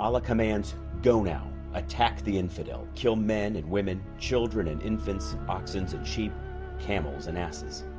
allah commands go now attack the infidel kill men and women children and infants and boxing's and sheep camels and asses